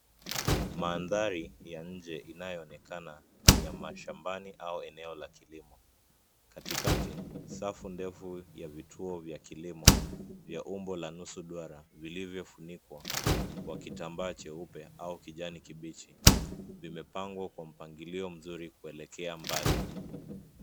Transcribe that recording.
Mandhari ya nje inayoonekana ni ya mashambani au eneo la kilimo, katikati safu ndefu ya vituo vya kilimo vya umbo la nusu duara vilivyofunikwa kwa kitambaa cheupe au kijani kibichi vimepangwa kwa mpangilio mzuri kuelekea mbali.